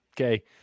Okay